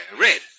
red